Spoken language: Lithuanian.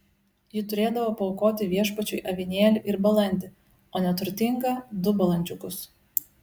ji turėdavo paaukoti viešpačiui avinėlį ir balandį o neturtinga du balandžiukus